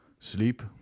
Sleep